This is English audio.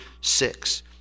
six